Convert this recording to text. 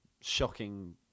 shocking